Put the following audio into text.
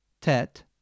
Tet